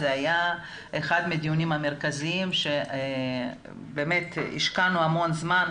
היה אחד מהדיונים המרכזיים בו השקענו זמן רב.